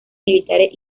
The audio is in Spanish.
militares